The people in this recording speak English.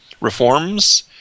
reforms